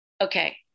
Okay